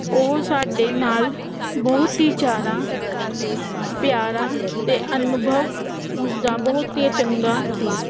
ਉਹ ਸਾਡੇ ਨਾਲ ਬਹੁਤ ਹੀ ਜ਼ਿਆਦਾ ਪਿਆਰਾਂ ਅਤੇ ਅਨੁਭਵ ਉਸ ਦਾ ਬਹੁਤ ਹੀ ਚੰਗਾ ਸੀ